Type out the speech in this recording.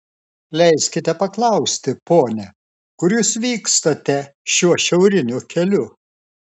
leiskite paklausti pone kur jūs vykstate šiuo šiauriniu keliu